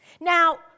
Now